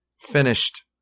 finished